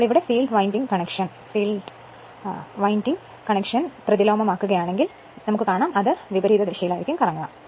അതിനാൽ ഇവിടെ field winding connection field winding connection0 യഥാർത്ഥത്തിൽ പ്രതിലോമമാക്കുകയാണെങ്കിൽ അത് വിപരീത ദിശയിൽ കറങ്ങും